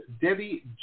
Debbie